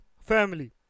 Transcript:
family